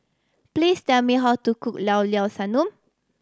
please tell me how to cook Llao Llao Sanum